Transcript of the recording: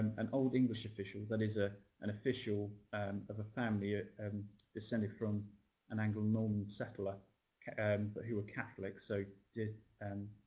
an old-english official, that is, ah an official of a family ah um descended from an anglo-norman settler and but who were catholic so, shall and